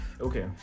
Okay